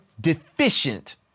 deficient